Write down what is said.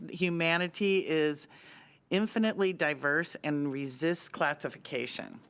humanity is infinitely diverse and resists classification.